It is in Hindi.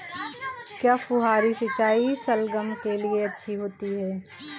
क्या फुहारी सिंचाई शलगम के लिए अच्छी होती है?